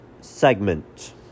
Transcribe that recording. segment